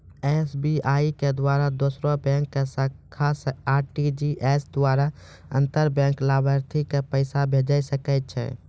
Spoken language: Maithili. एस.बी.आई के द्वारा दोसरो बैंको के शाखा से आर.टी.जी.एस द्वारा अंतर बैंक लाभार्थी के पैसा भेजै सकै छै